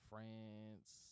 France